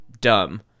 dumb